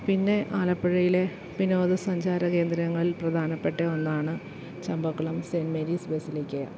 പിന്നെ ആലപ്പുഴയിലെ വിനോദ സഞ്ചാര കേന്ദ്രങ്ങളിൽ പ്രധാനപ്പെട്ട ഒന്നാണ് ചമ്പക്കുളം സെൻ മേരീസ് ബസിലിക്കയാണ്